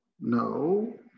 No